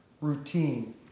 routine